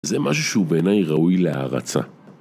זה משהו שהוא בעיני ראוי להערצה